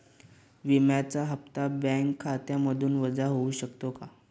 विम्याचा हप्ता बँक खात्यामधून वजा होऊ शकतो का?